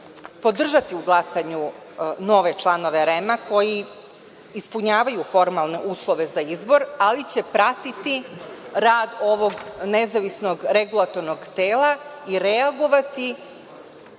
podržati u glasanju nove članove REM-a koji ispunjavaju formalne uslove za izbor, ali će pratiti rad ovog nezavisnog regulatornog tela i reagovati